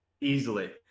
Easily